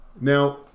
Now